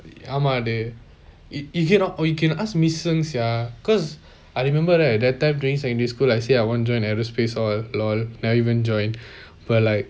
ஆமா:aama dey you can ask miss seng sia cause I remember right that time during secondary school I say I won't join aerospace all lor now even join but like